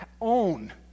own